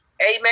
Amen